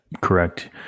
correct